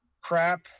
crap